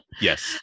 Yes